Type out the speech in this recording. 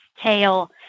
tail